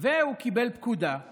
הוא רגיל לקבל פקודות, והוא קיבל פקודה,